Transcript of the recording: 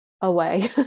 away